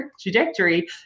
trajectory